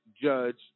judge